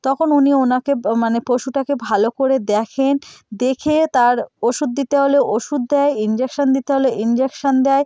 তখন উনি ওনাকে মানে পশুটাকে ভালো করে দেখেন দেখে তার ওষুধ দিতে হলে ওষুধ দেয় ইনজেকশান দিতে হলে ইনজেকশান দেয়